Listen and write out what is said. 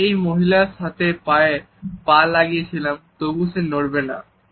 আমি এই মহিলার সাথে পায়ে পা লাগিয়ে ছিলাম তবুও সে নড়বে না